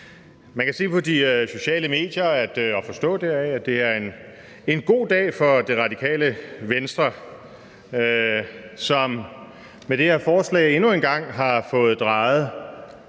Man kan se på de sociale medier og forstå, at det er en god dag for Det Radikale Venstre, som med det her forslag endnu en gang har fået drejet